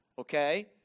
okay